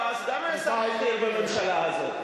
חבר הכנסת שאול מופז גם היה שר בכיר בממשלה הזאת,